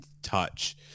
touch